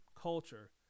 culture